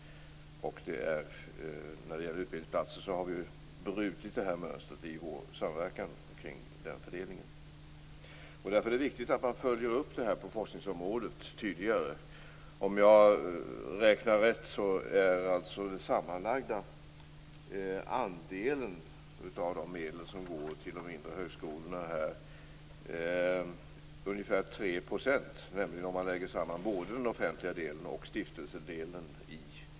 Vi har ju brutit detta mönster i vår samverkan kring fördelningen av utbildningsplatser. Därför är det viktigt att man tydligare följer upp detta även på forskningsområdet. Om jag räknat rätt är den sammanlagda andelen av de medel som går till de mindre högskolorna för forskning ungefär 3 %, om man lägger samman både den offentliga delen och stiftelsedelen.